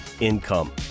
income